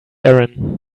erin